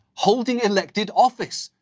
holding elected office.